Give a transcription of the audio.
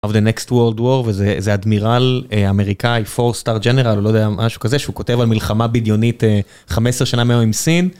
The next world war וזה אדמירל אמריקאי four star general לא יודע משהו כזה שהוא כותב על מלחמה בדיונית חמש עשרה שנה מהיום עם סין.